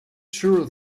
sure